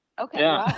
Okay